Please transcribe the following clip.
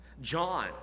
John